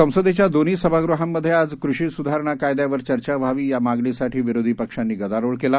संसदेच्या दोन्ही सभागृहांमध्ये आज कृषी सुधारणा कायद्यावर चर्चा व्हावी या मागणीसाठी विरोधी पक्षांनी गदारोळ केला